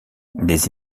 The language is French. des